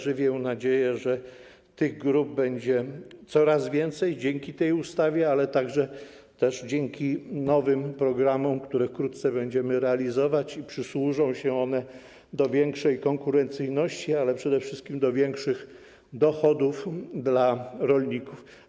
Żywię nadzieję, że tych grup będzie coraz więcej dzięki tej ustawie, ale także dzięki nowym programom, które wkrótce będziemy realizować, i przysłużą się one większej konkurencyjności, ale przede wszystkim większym dochodom dla rolników.